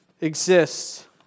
exists